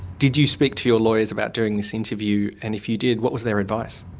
did you speak to your lawyers about doing this interview and if you did what was their advice?